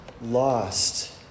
lost